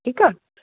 ठीकु आहे